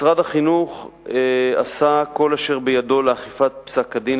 משרד החינוך עשה כל אשר בידו לאכיפת פסק-הדין,